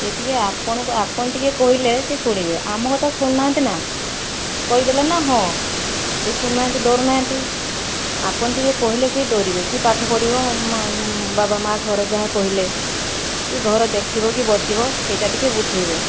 ଇଏ ଟିକିଏ ଆପଣ ଆପଣ ଟିକିଏ କହିଲେ ସେ ଶୁଣିବେ ଆମ କଥା ଶୁଣୁ ନାହାଁନ୍ତିନା କହିଦେଲେ ନା ହଁ କେହି ଶୁଣୁ ନାହାଁନ୍ତି ଡ଼ରୁ ନାହାଁନ୍ତି ଆପଣ ଟିକିଏ କହିଲେ ସିଏ ଡ଼ରିବେ କି ପାଠପଢ଼ିବ ବାବା ମାଆ ଘର ଯାହା କହିଲେ କି ଘରେ ଦେଖିବ କି ବସିବ ସେଇଟା ଟିକିଏ ବୁଝେଇବେ